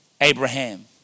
Abraham